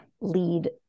lead